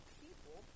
people